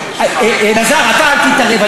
אלעזר, אתה אל תתערב.